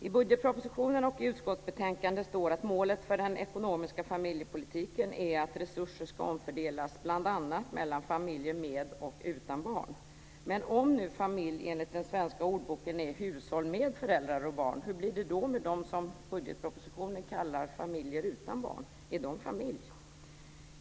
I budgetpropositionen och i utskottsbetänkandet står det att målet för den ekonomiska familjepolitiken är att resurser ska omfördelas bl.a. mellan familjer med och utan barn. Men om nu familj enligt den svenska ordboken är hushåll med föräldrar och barn undrar jag hur det blir med de familjer som i budgetpropositionen kallas familjer utan barn. Är de familjer?